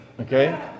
okay